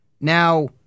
Now